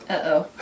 Uh-oh